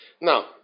Now